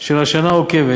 של השנה העוקבת.